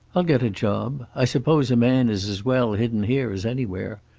i'll get a job. i suppose a man is as well hidden here as anywhere.